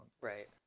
Right